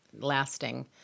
lasting